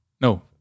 No